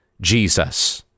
Jesus